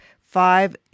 Five